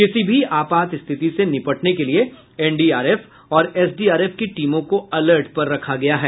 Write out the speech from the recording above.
किसी भी आपात स्थिति से निपटने के लिए एनडीआरएफ और एसडीआरएफ की टीमों को अलर्ट पर रखा गया है